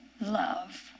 love